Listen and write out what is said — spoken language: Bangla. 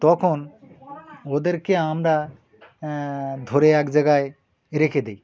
তখন ওদেরকে আমরা ধরে এক জায়গায় রেখে দিই